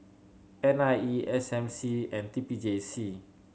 N I E S M C and T P J C